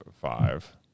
five